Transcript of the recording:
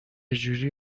جوری